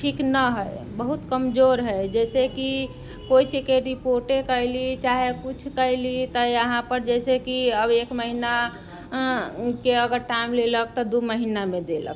ठीक नहि हय बहुत कमजोर हय जैसेकि कोइ चीजके भी रिपोर्टे कयली चाहे किछु कयली तऽ यहाँ पर जैसेकि अब एक महीनाके अगर टाइम लेलक तऽ दू महीनामे देलक